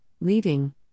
leaving